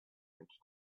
bridge